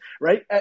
Right